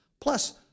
Plus